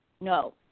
No